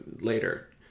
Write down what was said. later